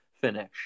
finish